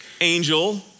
angel